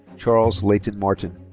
charles layton martin.